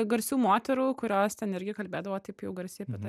garsių moterų kurios ten irgi kalbėdavo taip jau garsiai apie tą